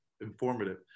informative